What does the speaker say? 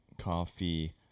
coffee